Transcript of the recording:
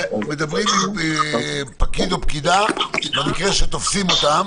מדברים עם פקיד או פקידה, במקרה שתופסים אותם,